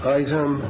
item